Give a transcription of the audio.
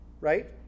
Right